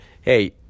hey